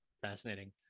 fascinating